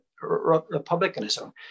republicanism